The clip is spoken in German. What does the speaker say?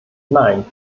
nein